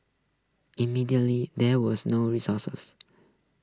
immediately there was no resources